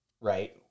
Right